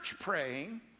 praying